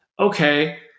okay